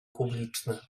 publiczny